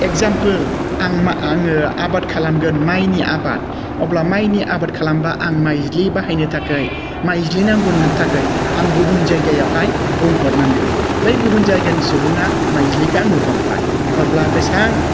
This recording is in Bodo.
एग्जामपोल आं मा आङो आबाद खालामगोन माइनि आबाद अब्ला माइनि आबाद खालामबा आं माइज्लि बाहायनो थाखाय माइज्लि नांगौनि थाखाय आं गुबुन जायगायावहाय बुंहरनांगोन बै गुबुन जायगानि सुबुङा माइज्लिखौ आंनो हरबाय हरब्ला बेसेबां